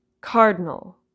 cardinal